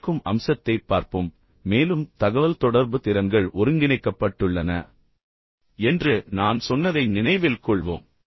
இப்போது கேட்கும் அம்சத்தைப் பார்ப்போம் மேலும் தகவல்தொடர்பு திறன்கள் ஒருங்கிணைக்கப்பட்டுள்ளன என்று நான் சொன்னதை நினைவில் கொள்வோம்